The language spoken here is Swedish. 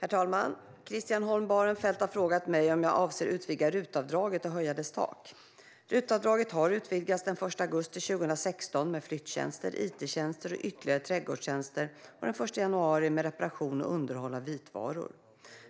Herr talman! Christian Holm Barenfeld har frågat mig om jag avser att utvidga RUT-avdraget och höja dess tak. RUT-avdraget har utvidgats den 1 augusti 2016 med flyttjänster, ittjänster och ytterligare trädgårdstjänster och den 1 januari 2017 med reparation och underhåll av vitvaror.